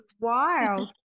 wild